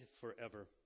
forever